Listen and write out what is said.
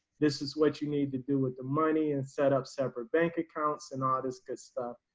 this is what you need to do with the money and set up separate bank accounts and all this good stuff,